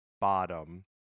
bottom